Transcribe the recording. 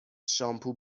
شامپو